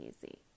easy